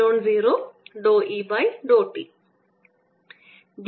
B0 dV 0E